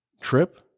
trip